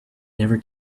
never